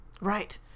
Right